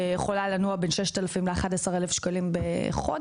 שיכולה לנוע בין 6000 ל-11 אלף שקלים בחודש,